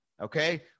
okay